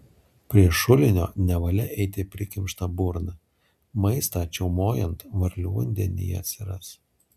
prie šulinio nevalia eiti prikimšta burna maistą čiaumojant varlių vandenyje atsiras